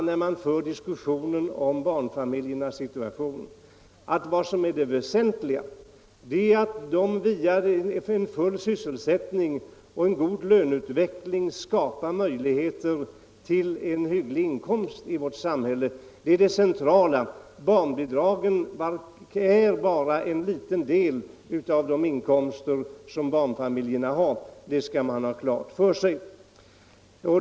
När man diskuterar barnfamiljernas situation skall man inte glömma att det väsentliga är att via full sysselsättning och god löneutveckling skapa möjligheter till en hygglig inkomst i vårt samhälle. Det är det centrala. Barnbidragen är bara en liten del av de inkomster som barnfamiljerna har. Det skall man ha klart för sig.